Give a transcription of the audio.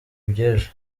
iby’ejo